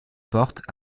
portes